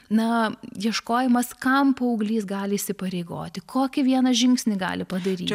na ieškojimas kam paauglys gali įsipareigoti kokį vieną žingsnį gali padaryti